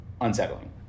unsettling